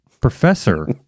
Professor